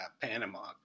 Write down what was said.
Panama